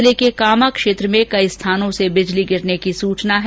जिले के कामा क्षेत्र में कई स्थानों से बिजली गिरने की सूचना है